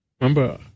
Remember